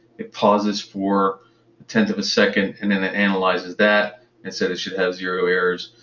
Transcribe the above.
it pauses for a tenth of a second, and then it analyzes that. it said it should have zero errors.